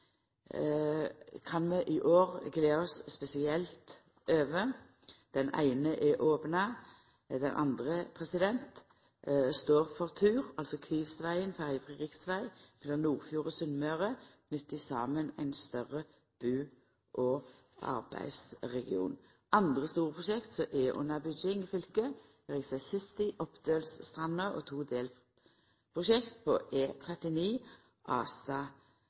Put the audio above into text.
kan vi i år gleda oss spesielt over. Den eine vegen er opna, den andre står for tur. Kvivsvegen, som vil gje ferjefri riksveg mellom Nordfjord og Sunnmøre, knyter saman ein større bu- og arbeidsregion. Andre store prosjekt som er under bygging i fylket, er rv. 70 Oppdølsstranda og to delprosjekt på E39 Astad–Høgset. Når det gjeld Oppdølsstranda, er